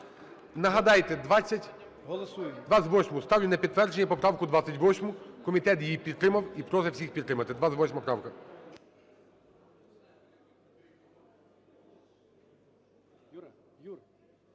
Нагадайте… 28-у. Ставлю на підтвердження поправку 28-у. Комітет її підтримав і просить всіх підтримати. 28-а правка.